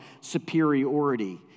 superiority